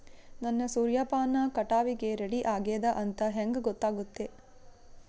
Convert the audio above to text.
ನನ್ನ ಸೂರ್ಯಪಾನ ಕಟಾವಿಗೆ ರೆಡಿ ಆಗೇದ ಅಂತ ಹೆಂಗ ಗೊತ್ತಾಗುತ್ತೆ?